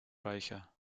reicher